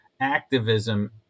activism